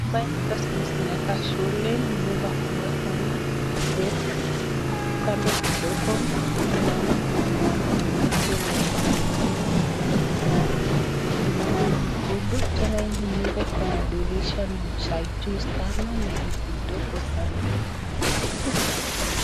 Nyumba zenye zinakaa shule ,shule ni nyumba kubwa sana, refu. Kando kidogo kuna mlango yenye imefunguliwa, mlango nyekundu, tena hii ni nyumba iko na dirisha za juu sana na ni kidogo sana.